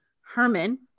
Herman